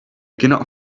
cannot